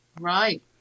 Right